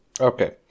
Okay